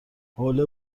حوله